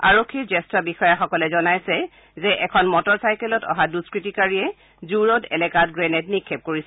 আৰক্ষীৰ জ্যেষ্ঠ বিষয়াসকলে জনাইছে যে মটৰ চাইকেলত অহা দুষ্কতিকাৰীয়ে জূ ৰোড এলেকাত গ্ৰেনেড নিক্ষেপ কৰিছিল